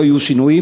לא יהיו שינויים,